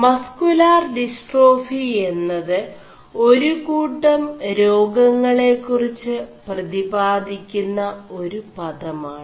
മസ് ുലാർ ഡിസ്േ4ടാഫി എMത് ഒരുകൂƒം േരാഗÆെളകുറിg് 4പതിപാദി ുM ഒരു പദമാണ്